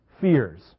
fears